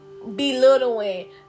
belittling